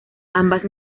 ambas